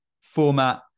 format